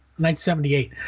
1978